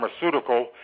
pharmaceutical